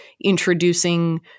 introducing